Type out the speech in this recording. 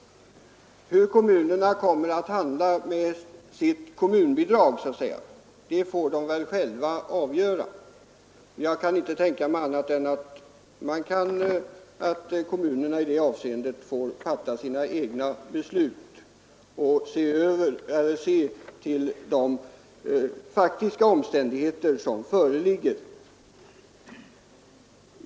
Kommunerna får väl själva avgöra om de skall ge bidrag, de får fatta sina egna beslut och se till de faktiska omständigheter som föreligger.